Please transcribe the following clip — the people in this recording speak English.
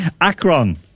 Akron